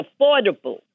affordable